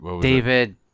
David